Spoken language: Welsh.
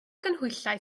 ganhwyllau